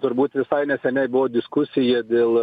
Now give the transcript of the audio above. turbūt visai neseniai buvo diskusija dėl